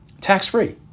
tax-free